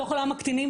בתוך עולם הקטינים.